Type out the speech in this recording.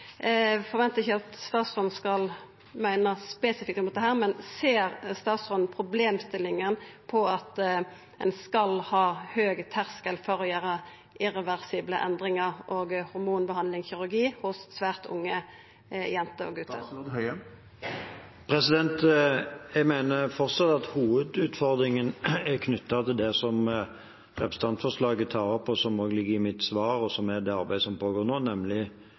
at statsråden skal meine noko spesifikt om dette, men ser statsråden problemstillinga i at ein skal ha høg terskel for å gjera irreversible endringar og hormonbehandling/kirurgi hos svært unge jenter og gutar? Jeg mener fortsatt at hovedutfordringen er knyttet til det som representantforslaget tar opp, og som også ligger i mitt svar, og som er det arbeidet som pågår nå, nemlig